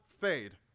fade